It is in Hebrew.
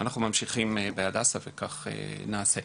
אנחנו ממשיכים ב"הדסה" וכך עוד נעשה.